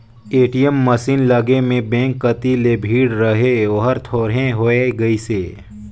ATM machine लगे में bank कति जे भीड़ रहें ओहर थोरहें होय गईसे